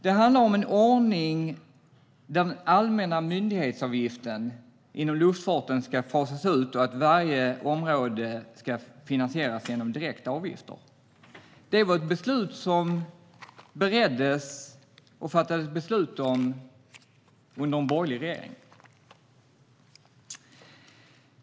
Det handlar om en ordning där den allmänna myndighetsavgiften inom luftfarten ska fasas ut, så att varje område finansieras genom direkta avgifter. Beslutet om detta bereddes och fattades under en borgerlig regering.